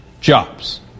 Jobs